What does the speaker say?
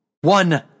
One